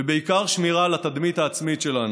ובעיקר, שמירה על התדמית העצמית שלנו.